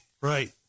Right